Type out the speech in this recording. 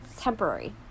temporary